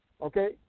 Okay